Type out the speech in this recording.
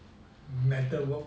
metal work